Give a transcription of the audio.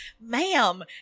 ma'am